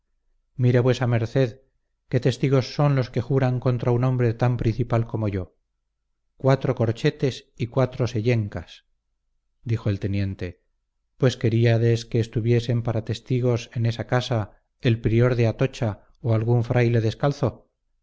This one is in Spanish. agresor mire vuesa merced qué testigos son los que juran contra un hombre tan principal como yo cuatro corchetes y cuatro sellencas dijo el teniente pues queriades que estuviesen para testigos en esa casa el prior de atocha o algún fraile descalzo